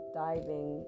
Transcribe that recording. diving